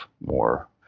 more